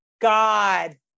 God